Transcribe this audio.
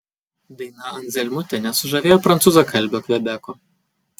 daina anzelmutė nesužavėjo prancūzakalbio kvebeko